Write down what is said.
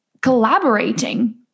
collaborating